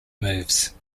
moves